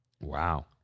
Wow